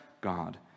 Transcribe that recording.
God